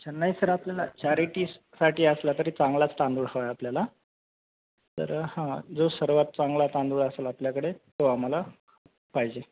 अच्छा नाही सर आपल्याला चारिटीस् साठी असला तरी चांगलाच तांदूळ हवा आहे आपल्याला तर हां जो सर्वांत चांगला तांदूळ असंल आपल्याकडे तो आम्हाला पाहिजे आहे